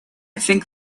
think